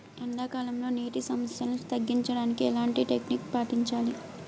ఎండా కాలంలో, నీటి సమస్యలను తగ్గించడానికి ఎలాంటి టెక్నిక్ పాటించాలి?